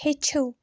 ہیٚچھِو